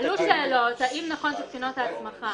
עלו שאלות האם נכון שבחינות ההסמכה